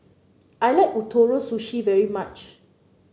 I like Ootoro Sushi very much